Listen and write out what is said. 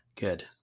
good